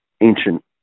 ancient